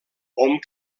hom